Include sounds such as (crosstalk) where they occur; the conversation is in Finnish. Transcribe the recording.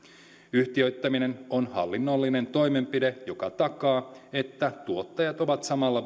yhtiöittäminen on hallinnollinen toimenpide joka takaa että tuottajat ovat samalla (unintelligible)